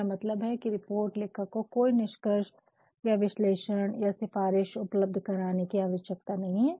मेरा मतलब है कि रिपोर्ट लेखक को कोई निष्कर्ष या विश्लेषण या सिफारिश उपलब्ध करने कि आवश्यकता नहीं है